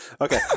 Okay